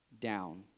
down